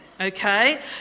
okay